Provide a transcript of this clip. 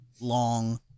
long